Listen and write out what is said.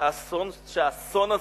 של האסון הזה,